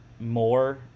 more